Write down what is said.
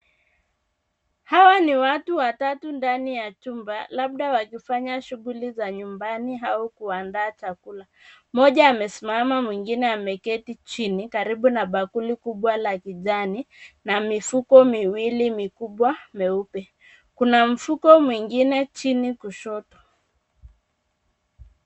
Hawa ni watu watatu ndani ya chumba, labda wakifanya shughuli za nyumbani au kuandaa chakula. Mmoja amesimama mwingine ameketi chini karibu na bakuli kubwa la kijani, na mifuko miwili mikubwa myeupe. Kuna mfuko mwingine chini kushoto.